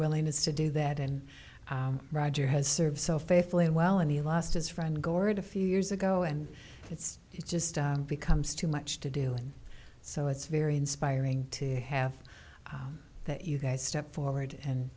willingness to do that and roger has served so faithfully and well and he lost his friend gored a few years ago and it's just becomes too much to do and so it's very inspiring to have that you guys step forward and